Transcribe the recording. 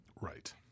Right